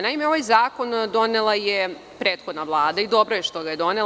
Naime, ovaj zakon donela je prethodna Vlada i dobro je što ga je donela.